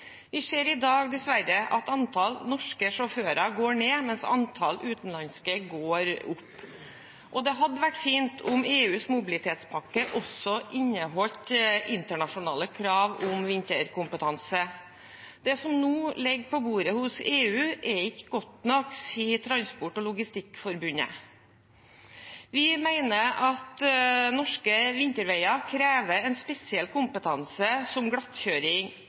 Vi ser i dag, dessverre, at antallet norske sjåfører går ned, mens antallet utenlandske går opp. Det hadde vært fint om EUs mobilitetspakke også inneholdt internasjonale krav om vinterkompetanse. Det som nå ligger på bordet hos EU, er ikke godt nok, sier Transport og logistikkforbundet. Vi mener at norske vinterveier krever en spesiell kompetanse, som